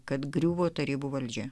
kad griuvo tarybų valdžia